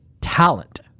talent